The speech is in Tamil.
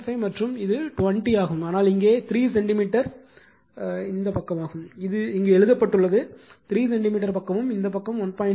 5 மற்றும் இது 20 ஆகும் ஆனால் இங்கே 3 சென்டிமீட்டர் பக்கமாகும் இது இங்கு எழுதப்பட்டுள்ளது 3 சென்டிமீட்டர் பக்கமும் இந்த பக்கம் 1